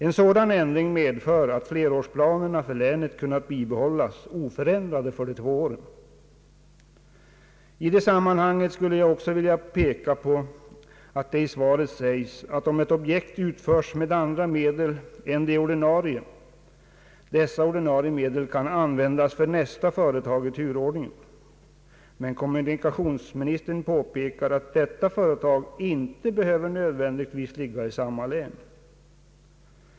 En sådan ändring medför att flerårsplanerna för länet kunnat bibehållas oförändrade för de två åren. I det sammanhanget skulle jag också vilja peka på att det i svaret sägs att, om eti objekt utförs med andra medel än de ordinarie, dessa ordinarie medel kan användas för nästa företag i turordningen. Men kommunikationsminis tern påpekar att detta företag inte nödvändigtvis behöver ligga i samma län.